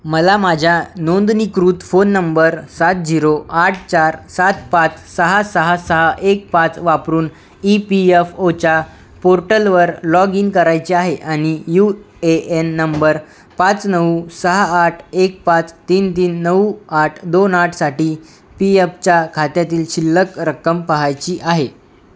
मला माझ्या नोंदणीकृत फोन नंबर सात झिरो आठ चार सात पाच सहा सहा सहा एक पाच वापरून ई पी एफ ओच्या पोर्टलवर लॉग इन करायचे आहे आणि यू ए एन नंबर पाच नऊ सहा आठ एक पाच तीन तीन नऊ आठ दोन आठसाठी पी एफच्या खात्यातील शिल्लक रक्कम पहायची आहे